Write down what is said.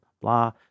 blah